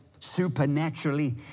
supernaturally